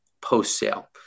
post-sale